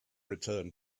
return